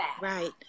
right